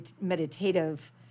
meditative